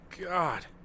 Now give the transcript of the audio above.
God